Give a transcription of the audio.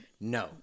No